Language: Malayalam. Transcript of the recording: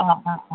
ആ ആ ആ